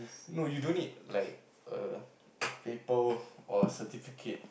no you don't need like a paper or a certificate